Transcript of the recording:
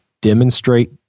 demonstrate